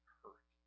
hurt